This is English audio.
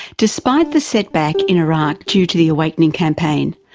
despite the setback in iraq due to the awakening campaign,